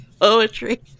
poetry